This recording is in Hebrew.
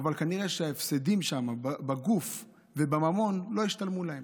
אבל כנראה שההפסדים שם בגוף ובממון לא השתלמו להם.